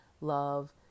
love